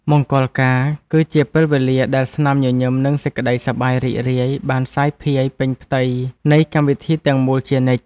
មង្គលការ គឺជាពេលវេលាដែលស្នាមញញឹម និងសេចក្តីសប្បាយរីករាយបានសាយភាយពេញផ្ទៃនៃកម្មវិធីទាំងមូលជានិច្ច។